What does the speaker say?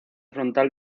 frontal